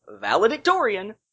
valedictorian